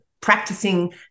practicing